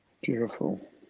Beautiful